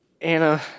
Anna